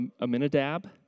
Aminadab